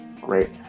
Great